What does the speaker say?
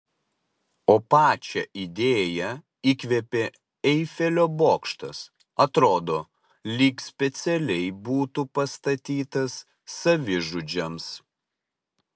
o pačią idėją įkvėpė eifelio bokštas atrodo lyg specialiai būtų pastatytas savižudžiams